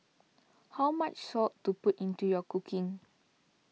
how much salt to put into your cooking